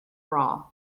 bra